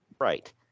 Right